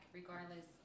regardless